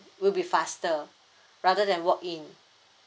will be faster rather than walk in